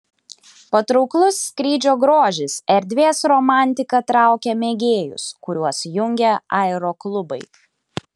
patrauklus skrydžio grožis erdvės romantika traukia mėgėjus kuriuos jungia aeroklubai